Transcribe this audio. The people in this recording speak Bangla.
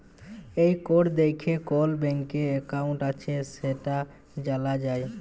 এই কড দ্যাইখে কল ব্যাংকে একাউল্ট আছে সেট জালা যায়